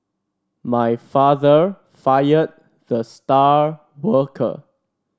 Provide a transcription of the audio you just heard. my father fired the star worker